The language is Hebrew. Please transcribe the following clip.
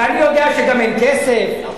ואני יודע שגם אין כסף, נכון.